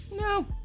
No